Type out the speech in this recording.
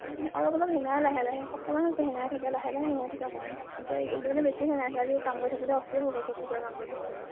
অলপ অলপ হেঙাই লাহে লাহে এসপ্তাহমান হৈছে হেঙাই থাকে লাহে লাহে হেঙাই থাকে অকণমান এতিয়া এই কেইদিন মানে বেছি হেঙাইছে আজি কাম কৰি থাকোঁতে অ'ফেই হৈ গৈছে অফিচৰ কাম কৰি থাকোঁতে